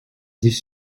dives